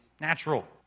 natural